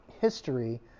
history